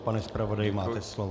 Pane zpravodaji, máte slovo.